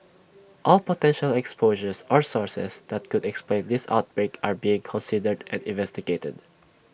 all potential exposures or sources that could explain this outbreak are being considered and investigated